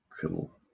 Cool